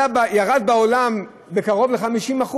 אם מחיר הקפה ירד בעולם בקרוב ל-50%,